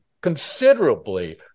considerably